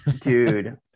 Dude